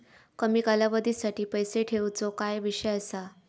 कमी कालावधीसाठी पैसे ठेऊचो काय विषय असा?